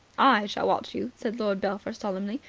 i shall watch you, said lord belpher solemnly,